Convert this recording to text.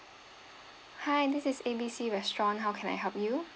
hi this is A B C restaurant how can I help you